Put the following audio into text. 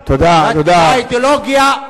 האידיאולוגיה,